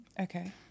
Okay